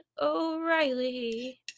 O'Reilly